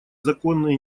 законные